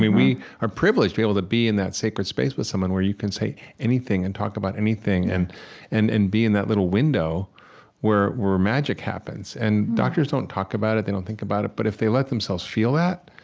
we we are privileged to be able to be in that sacred space with someone, where you can say anything and talk about anything, and and and be in that little window where magic happens. and doctors don't talk about it, they don't think about it, but if they let themselves feel that,